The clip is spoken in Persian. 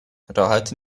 راحت